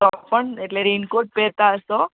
તો પણ એટલે રેઇનકોટ પહેરતા હશો